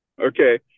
Okay